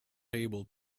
able